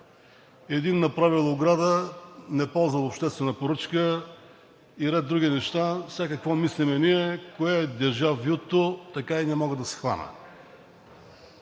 един направил ограда, но не ползвал обществена поръчка и ред други неща, а сега какво мислим ние? Кое е дежавюто така и не мога да схвана?!